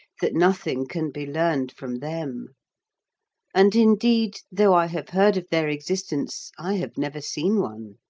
that nothing can be learnt from them and, indeed, though i have heard of their existence, i have never seen one.